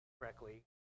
correctly